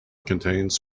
contains